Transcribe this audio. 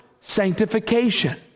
sanctification